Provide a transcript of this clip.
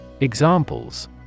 Examples